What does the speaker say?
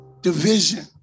division